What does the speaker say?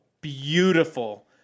beautiful